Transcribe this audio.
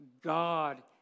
God